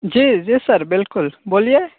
जी जी सर बिल्कुल बोलिए